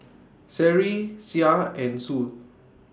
Seri Syah and Zul